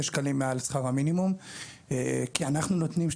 שקלים מעל שכר המינימום כי אנחנו נותנים,